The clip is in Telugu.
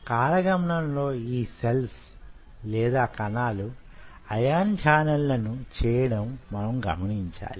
కాలగమనంలో యీ సెల్స్ ఇయాన్ ఛానళ్లను చేయడం మనం గమనించాలి